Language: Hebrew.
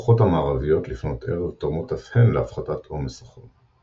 הרוחות המערביות לפנות ערב תורמות אף הן להפחתת עומס החום.